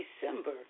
December